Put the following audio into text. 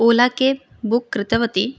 Ola cab book कृतवती